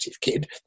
kid